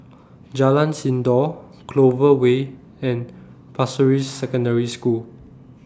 Jalan Sindor Clover Way and Pasir Ris Secondary School